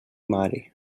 mare